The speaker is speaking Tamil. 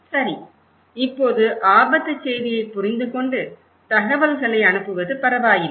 சரி இப்போது ஆபத்துச் செய்தியைப் புரிந்துகொண்டு தகவல்களை அனுப்புவது பரவாயில்லை